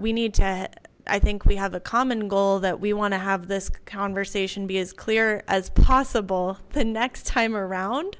we need to i think we have a common goal that we want to have this conversation be as clear as possible the next time around